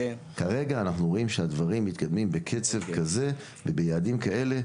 כרגע אנחנו רואים שהדברים מתקדמים בקצב כזה וביעדים כאלה,